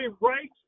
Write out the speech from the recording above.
right